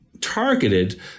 targeted